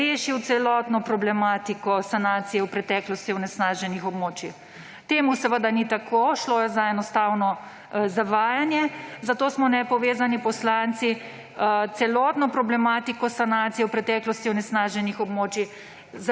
rešil celotno problematiko sanacije v preteklosti onesnaženih območij. Temu seveda ni tako. Šlo je enostavno za zavajanje, zato smo nepovezani poslanci celotno problematiko sanacije v preteklosti onesnaženih območij